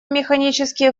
механические